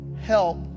Help